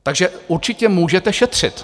Takže určitě můžete šetřit.